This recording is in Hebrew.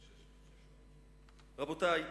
רבותי,